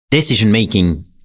Decision-making